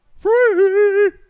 free